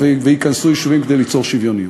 וייכנסו יישובים כדי ליצור שוויוניות.